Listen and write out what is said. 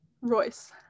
Royce